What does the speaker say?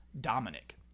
Dominic